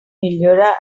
millora